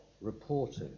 reporting